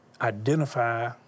identify